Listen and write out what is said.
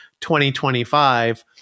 2025